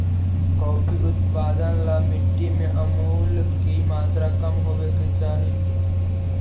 coffee उत्पादन ला मिट्टी में अमूल की मात्रा कम होवे के चाही